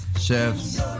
chefs